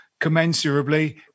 commensurably